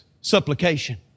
supplication